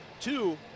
Two